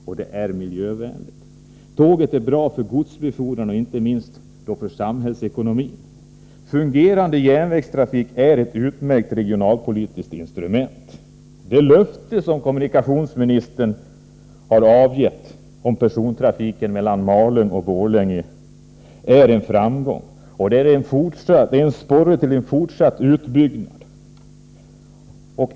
Och det är miljövänligt. Tåget är bra för godsbefordran, och då inte minst för samhällsekonomin. Fungerande järnvägstrafik är ett utmärkt regionalpolitiskt instrument. Det löfte som kommunikationsministern har avgett om persontrafiken mellan Malung och Borlänge är en framgång och en sporre till en fortsatt utbyggnad.